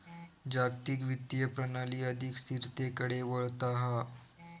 जागतिक वित्तीय प्रणाली अधिक स्थिरतेकडे वळता हा